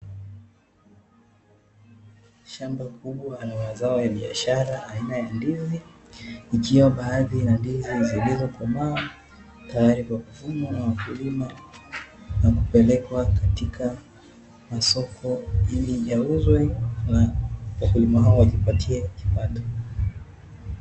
Shamba kubwa la mazao ya biashara aina ya ndizi likiwa baadhi ina ndizi zilizokomaa, tayari kwa kuvunwa na wakulima na kupelekwa katika masoko ili yauzwa na wakulima hao wajipatie kipato.